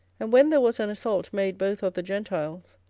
and when there was an assault made both of the gentiles,